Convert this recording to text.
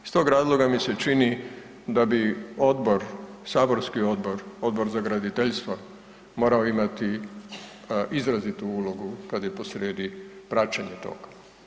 Iz tog razloga mi se čini da bi odbor, saborski odbor, Odbor za graditeljstvo morao imati izrazitu ulogu kad je posrijedi praćenje toga.